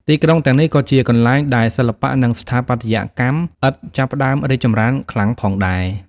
ទីក្រុងទាំងនេះក៏ជាកន្លែងដែលសិល្បៈ និងស្ថាបត្យកម្មឥដ្ឋចាប់ផ្តើមរីកចម្រើនខ្លាំងផងដែរ។